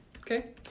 okay